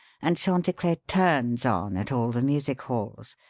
and chanticler turns on at all the music halls,